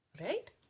Right